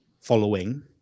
following